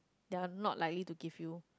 they're not likely to give you